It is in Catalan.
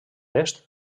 est